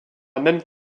même